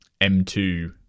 M2